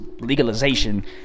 legalization